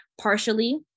partially